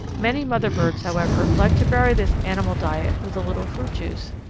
many mother birds, however, like to vary this animal diet with a little fruit juice,